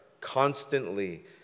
constantly